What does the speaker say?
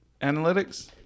analytics